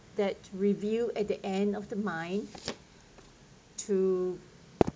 that revealed at the end of the mind to